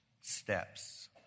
steps